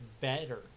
better